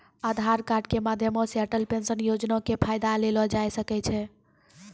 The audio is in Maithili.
आधार कार्ड के माध्यमो से अटल पेंशन योजना के फायदा लेलो जाय सकै छै